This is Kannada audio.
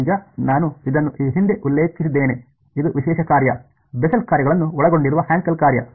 ಈಗ ನಾನು ಇದನ್ನು ಈ ಹಿಂದೆ ಉಲ್ಲೇಖಿಸಿದ್ದೇನೆ ಇದು ವಿಶೇಷ ಕಾರ್ಯ ಬೆಸೆಲ್ ಕಾರ್ಯಗಳನ್ನು ಒಳಗೊಂಡಿರುವ ಹ್ಯಾಂಕೆಲ್ ಕಾರ್ಯ